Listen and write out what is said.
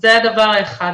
זה דבר אחד.